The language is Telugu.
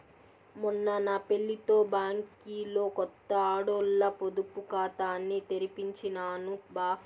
మొన్న నా పెళ్లితో బ్యాంకిలో కొత్త ఆడోల్ల పొదుపు కాతాని తెరిపించినాను బా